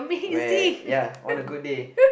where ya on a good day